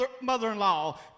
mother-in-law